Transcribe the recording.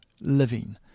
Living